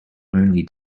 only